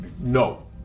no